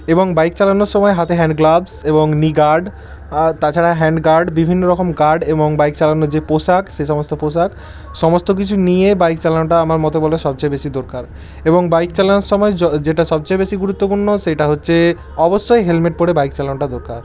এবং বাইক চালানোর সময় হাতে হ্যান্ড গ্লাভস এবং নি গার্ড আর তাছাড়া হ্যান্ড গার্ড বিভিন্ন রকম গার্ড এবং বাইক চালানোর যে পোশাক সে সমস্ত পোশাক সমস্ত কিছু নিয়ে বাইক চালানোটা আমার মতে বলে সবচেয়ে বেশি দোরকার এবং বাইক চালানোর সময় য যেটা সবচেয়ে বেশি গুরুত্বপূর্ণ সেইটা হচ্ছে অবশ্যই হেলমেট পরে বাইক চালানোটা দোরকার